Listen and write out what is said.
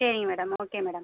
சரிங்க madam okay madam